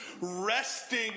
resting